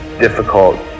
difficult